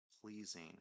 pleasing